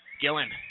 Gillen